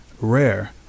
rare